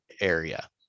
area